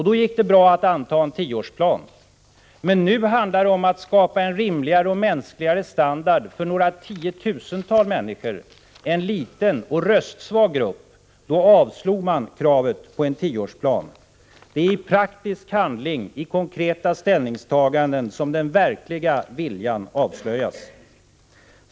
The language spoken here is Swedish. Då gick det bra att anta en tioårsplan, men nu handlade det om att skapa en rimligare och mänskligare standard för några tiotusental människor, en liten och röstsvag grupp. Då avslog man kravet på en tioårsplan. Det är i praktisk handling, i konkreta ställningstaganden som den verkliga viljan avslöjas.